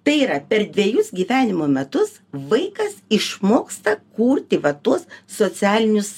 tai yra per dvejus gyvenimo metus vaikas išmoksta kurti va tuos socialinius